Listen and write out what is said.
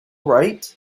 right